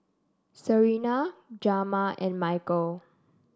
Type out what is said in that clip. Serena Jamar and Michal